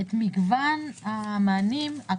את מגוון המענים.